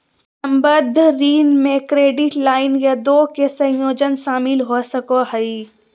संबंद्ध ऋण में क्रेडिट लाइन या दो के संयोजन शामिल हो सको हइ